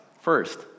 First